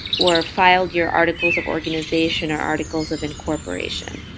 or filed your articles of organization or articles of incorporation.